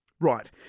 Right